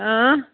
آ